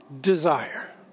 Desire